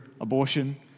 abortion